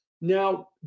Now